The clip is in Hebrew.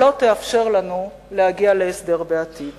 שלא תאפשר לנו להגיע להסדר בעתיד